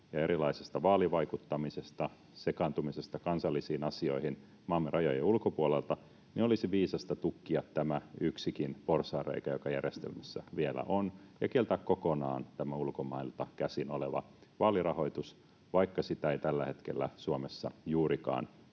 ja erilaisesta vaalivaikuttamisesta, sekaantumisesta kansallisiin asioihin maamme rajojen ulkopuolelta, niin olisi viisasta tukkia tämä yksikin porsaanreikä, joka järjestelmässä vielä on, ja kieltää kokonaan tämä ulkomailta käsin oleva vaalirahoitus, vaikka sitä ei tällä hetkellä Suomessa juurikaan